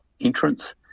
entrance